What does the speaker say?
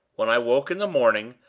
when i woke in the morning,